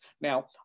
Now